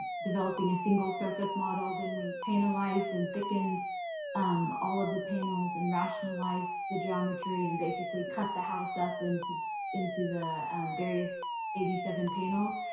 developing a single surface model, then we panelized and thickened um all of the panels, and rationalized the geometry, and basically cut the house up into into the various eighty seven panels.